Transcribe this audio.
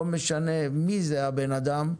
לא משנה מי זה הבן אדם,